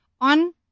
on